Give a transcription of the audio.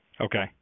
Okay